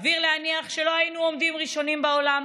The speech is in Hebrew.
וסביר להניח שלא היינו עומדים ראשונים בעולם,